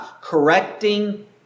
correcting